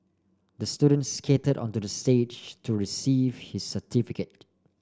the student skated onto the stage to receive his certificate